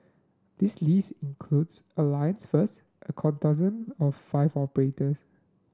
the list includes Alliance First a dozen of five operators